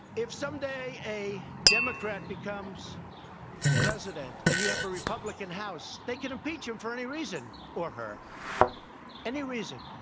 if some day a democrat becomes president, and you have a republican house, they can impeach him for any reason or her any reason.